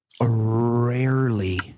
rarely